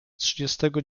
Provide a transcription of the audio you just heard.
trzydziestego